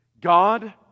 god